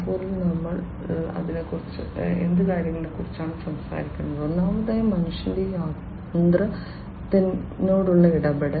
0 ൽ നമ്മൾ കുറച്ച് കാര്യങ്ങളെക്കുറിച്ചാണ് സംസാരിക്കുന്നത് ഒന്നാമതായി മനുഷ്യന്റെ യന്ത്ര ഇടപെടൽ